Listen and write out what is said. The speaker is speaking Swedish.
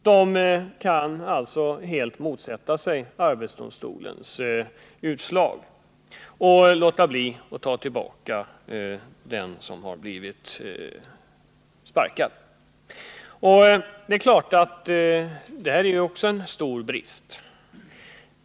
De kan alltså motsätta sig arbetsdomstolens utslag. Det är också en stor brist.